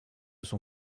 son